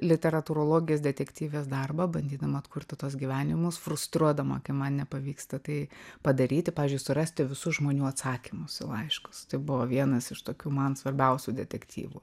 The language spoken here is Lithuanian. literatūrologės detektyvės darbą bandydama atkurti tuos gyvenimus frustruodama kai man nepavyksta tai padaryti pavyzdžiui surasti visų žmonių atsakymus laiškus tai buvo vienas iš tokių man svarbiausių detektyvų